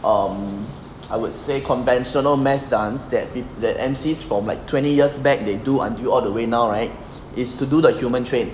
um I would say conventional mass dance that did that emcees for like twenty years back they do until all the way now right is to do the human train